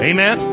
Amen